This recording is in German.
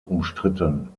umstritten